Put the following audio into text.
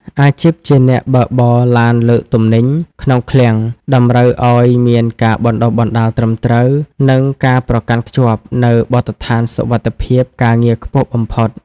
អាជីពជាអ្នកបើកបរឡានលើកទំនិញ ក្នុងឃ្លាំង តម្រូវឱ្យមានការបណ្តុះបណ្តាលត្រឹមត្រូវ និងការប្រកាន់ខ្ជាប់នូវបទដ្ឋានសុវត្ថិភាពការងារខ្ពស់បំផុត។